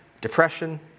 depression